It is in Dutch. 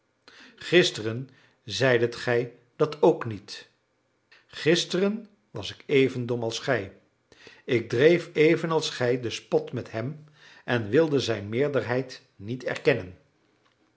gisteren zeidet gij dat ook niet gisteren was ik even dom als gij ik dreef evenals gij den spot met hem en wilde zijn meerderheid niet erkennen